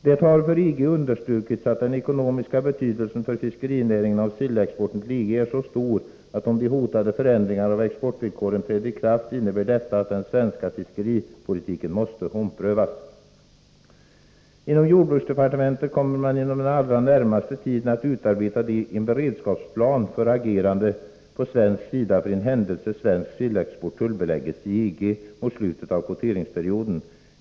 Det har för EG understrukits att den ekonomiska betydelsen för fiskerinäringen av sillexporten till EG är så stor att om de hotande förändringarna av exportvillkoren träder i kraft innebär detta att den svenska fiskeripolitiken måste omprövas. Inom jordbruksdepartementet kommer man inom den allra närmaste tiden att utarbeta en beredskapsplan för agerande på svensk sida för den händelse svensk sillexport tullbelägges i EG mot slutet av kvoteringsperioden.